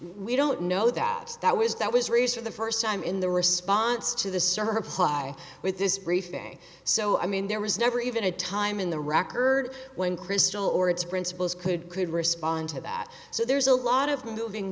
we don't know that that was that was research the first time in the response to the server apply with this briefing so i mean there was never even a time in the record when crystal or its principles could could respond to that so there's a lot of moving